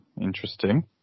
interesting